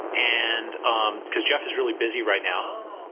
and um because jeff is really busy right now,